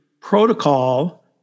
protocol